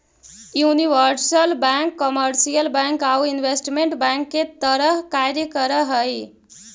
universal bank commercial bank आउ investment bank के तरह कार्य कर हइ